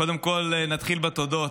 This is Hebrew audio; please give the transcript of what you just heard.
קודם כול נתחיל בתודות.